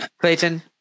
Clayton